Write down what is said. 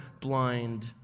blind